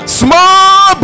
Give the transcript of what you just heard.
small